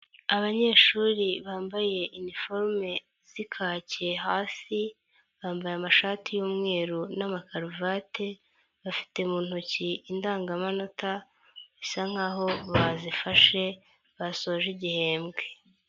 Abanyeshuri bambaye iniforume z'ikake hasi bambaye amashati y'umweru n'amakaruvate, bafite mu ntoki indangamanota bisa nkaho bazifashe basoje igihembwe.